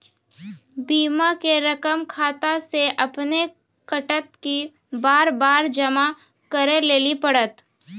बीमा के रकम खाता से अपने कटत कि बार बार जमा करे लेली पड़त?